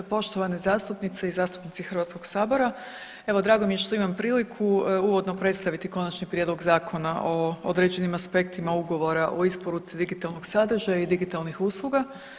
Poštovane zastupnice i zastupnici Hrvatskog sabora, evo drago mi je što imam priliku uvodno predstaviti Konačni prijedlog Zakona o određenim aspektima ugovora o isporuci digitalnog sadržaja i digitalnih usluga.